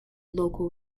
local